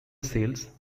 cells